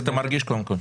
איך אתה מרגיש, קודם כול?